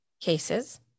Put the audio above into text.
cases